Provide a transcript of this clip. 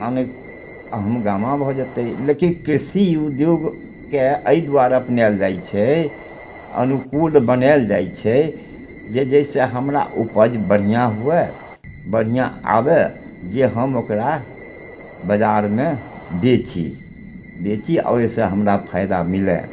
माने हंगामा भऽ जेतय लेकिन कृषि उद्योगके अइ दुआरे अपनाओल जाइ छै अनुकूल बनाओल जाइ छै जे जैसे हमरा उपज बढ़िआँ हुअए बढ़िआँ आबय जे हम ओकरा बजारमे बेची बेची आओर ओइसँ हमरा फायदा मिलय